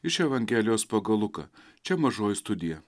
iš evangelijos pagal luką čia mažoji studija